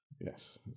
Yes